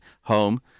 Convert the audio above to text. home